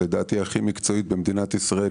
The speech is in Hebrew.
לדעתי הכי מקצועית במדינת ישראל,